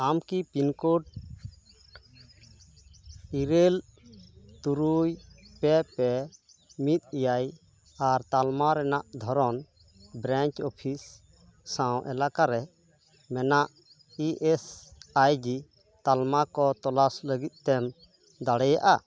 ᱟᱢ ᱠᱤ ᱯᱤᱱᱠᱳᱰ ᱤᱨᱟᱹᱞ ᱛᱩᱨᱩᱭ ᱯᱮ ᱯᱮ ᱢᱤᱫ ᱮᱭᱟᱭ ᱟᱨ ᱛᱟᱞᱢᱟ ᱨᱮᱱᱟᱜ ᱫᱷᱚᱨᱚᱱ ᱵᱨᱟᱧᱪ ᱚᱯᱷᱤᱥ ᱥᱟᱶ ᱮᱞᱟᱠᱟᱨᱮ ᱢᱮᱱᱟᱜ ᱤ ᱮᱥ ᱟᱭ ᱡᱤ ᱛᱟᱞᱢᱟᱠᱚ ᱛᱚᱞᱟᱥ ᱞᱟᱹᱜᱤᱫᱛᱮᱢ ᱫᱟᱲᱮᱭᱟᱜᱼᱟ